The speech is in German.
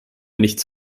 nichts